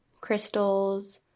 crystals